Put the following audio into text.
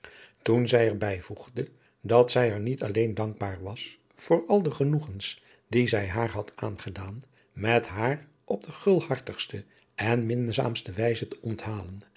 toen zij er bijvoegde dat zij haar niet alleen dankbaar was voor al de genoegens die zij haar had aangedaan met haar op de gulhartigste en minzaamste wijze te onthalen